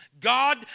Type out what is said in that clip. God